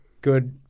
good